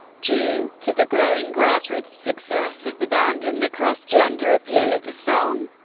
due to the growing grassroots success of the band and the cross-gender appeal of the song,